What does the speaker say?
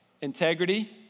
Integrity